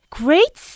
great